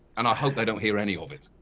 and i hope they don't hear any of it.